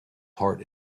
heart